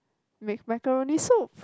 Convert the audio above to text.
with macaroni soup